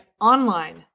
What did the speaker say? online